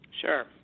Sure